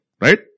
right